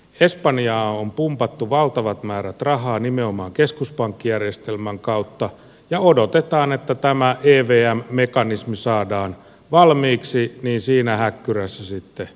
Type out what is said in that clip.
espanjaan on pumpattu valtavat määrät rahaa nimenomaan keskuspankkijärjestelmän kautta ja odotetaan että kun tämä evm mekanismi saadaan valmiiksi niin siinä häkkyrässä sitten ollaan